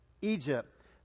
Egypt